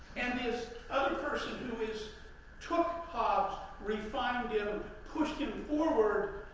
and this other person, who is took hobbes, refined him, pushed him forward,